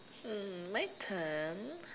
mm my turn